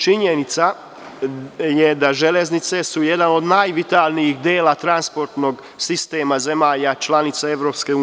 Činjenica je da su železnice jedan od najvitalnijih dela transportnog sistema zemalja članica EU.